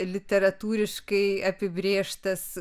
literatūriškai apibrėžtas